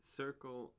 circle